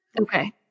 Okay